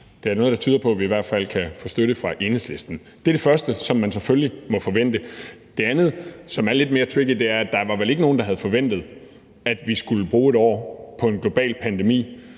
der er noget, der tyder på, at vi i hvert fald kan få støtte fra Enhedslisten. Det er det første, som man selvfølgelig må forvente. Det andet, som er lidt mere tricky, er, at der vel ikke var nogen, der havde forventet, at vi skulle bruge et år på en global pandemi,